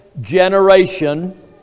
generation